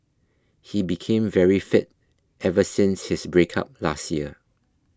he became very fit ever since his breakup last year